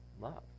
love